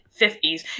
50s